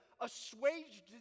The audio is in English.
assuaged